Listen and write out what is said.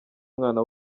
umwana